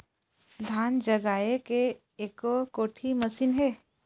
धान जगाए के एको कोठी मशीन हे?